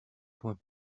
soins